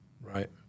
Right